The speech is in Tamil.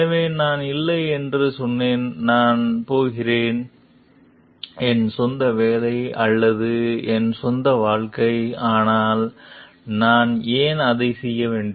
எனவே நான் இல்லை என்று சொன்னேன் நான் போகிறேன் என் சொந்த வேலை அல்லது என் சொந்த வாழ்க்கை அதனால் நான் ஏன் அதை செய்ய வேண்டும்